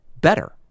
better